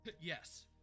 Yes